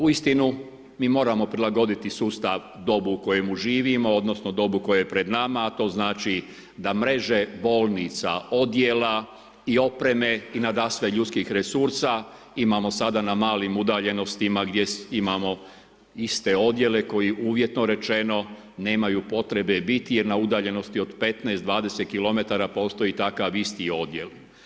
Uistinu mi moramo prilagoditi sustav dobu u kojemu živimo, odnosno dobu koje je pred nama, a to znači da mreže bolnica odjela i opreme i nadasve ljudskih resursa imamo sada na malim udaljenosti gdje imamo iste odjele, koji uvjetno rečeno, nemaju potrebe biti, jer na udaljenosti 15-20 km postoji takav isti odjel.